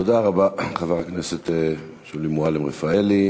תודה רבה, חברת הכנסת שולי מועלם-רפאלי.